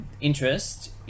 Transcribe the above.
interest